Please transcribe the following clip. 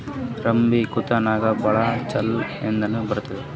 ರಾಬಿ ಋತುನಾಗ್ ಜೋಳ ಚಲೋ ಎದಕ ಬರತದ?